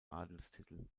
adelstitel